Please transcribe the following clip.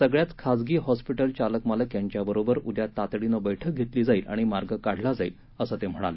सगळ्याच खाजगी हॅस्पीटल चालक मालक यांच्याबरोबर उद्या तातडीनं बैठक घेतली जाईल आणि मार्ग काढला जाईल असं ते म्हणाले